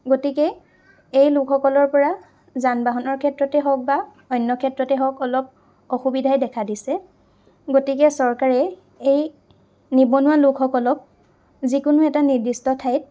গতিকে এই লোকসকলৰ পৰা যান বাহনৰ ক্ষেত্ৰতে হওক বা অন্য় ক্ষেত্ৰতে হওক অলপ অসুবিধাই দেখা দিছে গতিকে চৰকাৰে এই নিবনুৱা লোকসকলক যিকোনো এটা নিৰ্দিষ্ট ঠাইত